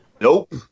Nope